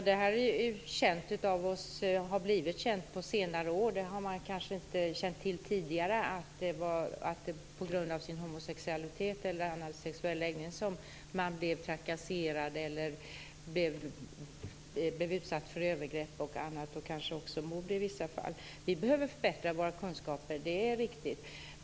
Fru talman! Det har blivit känt på senare år. Man har kanske inte tidigare känt till att det var på grund av sin homosexualitet eller annan sexuell läggning som dessa personer blev trakasserade, utsatta för övergrepp och annat och kanske också mord i vissa fall. Vi behöver förbättra våra kunskaper. Det är riktigt.